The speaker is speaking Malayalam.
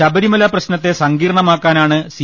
ശബരിമല പ്രശ്നത്തെ സങ്കീർണ്ണമാക്കാനാണ് സി